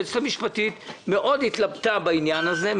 היועצת המשפטית של הוועדה התלבטה מאוד בעניין הזה.